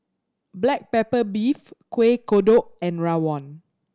black pepper beef Kueh Kodok and rawon